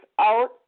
out